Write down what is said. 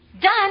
done